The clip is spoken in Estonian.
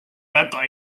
väga